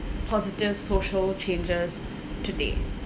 positive social changes today